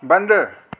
बंदि